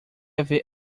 haver